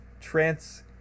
trans